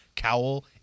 Cowl